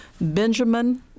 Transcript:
Benjamin